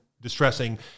distressing